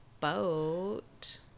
boat